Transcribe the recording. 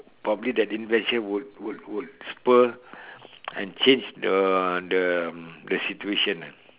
probably that invention would would would spur and change the the the situation ah